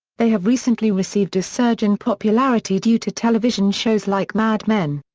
they have recently received a surge in popularity due to television shows like mad men.